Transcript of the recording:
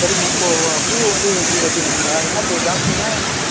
சரிங்க இப்போது வ பூ வந்து வைக்கி வைச்சுருக்கீங்களா என்ன பூ ஜாஸ்மினா என்ன பூ